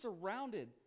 surrounded